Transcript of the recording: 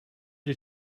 did